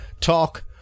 talk